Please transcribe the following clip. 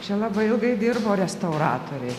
čia labai ilgai dirbo restauratoriai